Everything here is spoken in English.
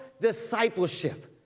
discipleship